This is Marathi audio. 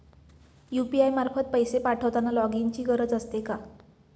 यु.पी.आय मार्फत पैसे पाठवताना लॉगइनची गरज असते का?